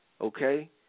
okay